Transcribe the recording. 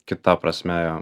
kita prasme jo